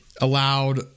Allowed